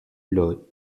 lot